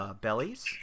Bellies